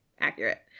Accurate